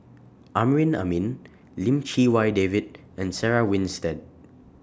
Amrin Amin Lim Chee Wai David and Sarah Winstedt